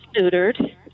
neutered